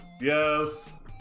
yes